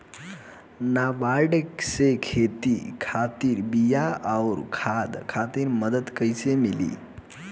नाबार्ड से खेती खातिर बीया आउर खाद खातिर मदद कइसे मिली?